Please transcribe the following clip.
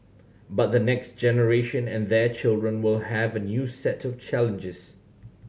but the next generation and their children will have a new set of challenges